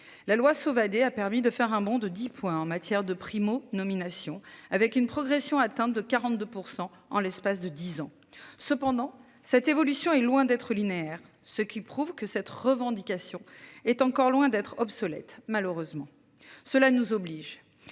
La loi Sauvadet a permis de faire un bond de 10 en matière de Primo nomination avec une progression atteint de 42% en l'espace de 10 ans. Cependant, cette évolution est loin d'être linéaire, ce qui prouve que cette revendication est encore loin d'être obsolète malheureusement cela nous oblige.